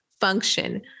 function